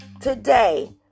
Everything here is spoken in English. today